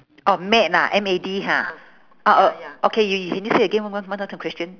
orh mad ah M A D ha o~ o~ okay you can you say again one more one more the question